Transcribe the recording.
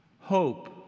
Hope